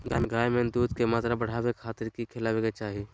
गाय में दूध के मात्रा बढ़ावे खातिर कि खिलावे के चाही?